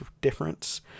difference